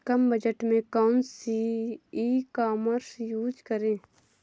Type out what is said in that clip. कम budget में कौन सी ई कॉमर्स यूज़ करें?